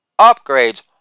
upgrades